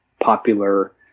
popular